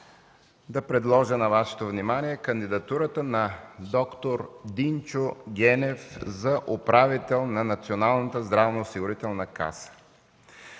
да предложа на Вашето внимание кандидатурата на д-р Динчо Генев за управител на Националната здравноосигурителна каса.